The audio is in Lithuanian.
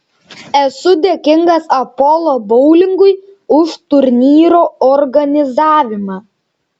esu dėkingas apollo boulingui už turnyro organizavimą